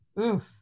oof